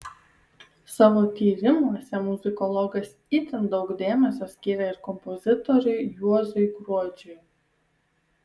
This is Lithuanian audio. savo tyrimuose muzikologas itin daug dėmesio skyrė ir kompozitoriui juozui gruodžiui